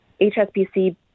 HSBC